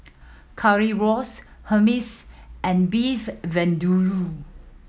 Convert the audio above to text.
Currywurst Hummus and Beef Vindaloo